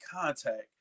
contact